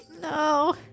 No